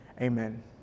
Amen